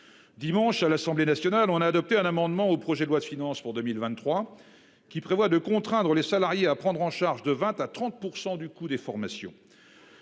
Dimanche, à l'Assemblée nationale en a adopté un amendement au projet de loi de finances pour 2023 qui prévoit de contraindre les salariés à prendre en charge de 20 à 30% du coût des formations.